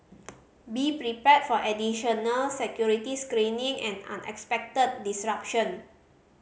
be prepared for additional security screening and unexpected disruption